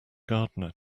gardener